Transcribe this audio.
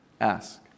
ask